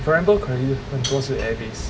if I remember correctly 很多是 air base